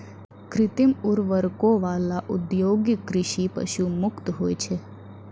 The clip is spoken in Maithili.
कृत्रिम उर्वरको वाला औद्योगिक कृषि पशु मुक्त होय छै